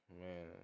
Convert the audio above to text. man